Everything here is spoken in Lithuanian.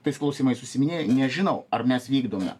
tais klausimais užsiiminėja nežinau ar mes vykdome